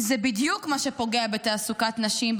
זה בדיוק מה שפוגע בתעסוקת נשים,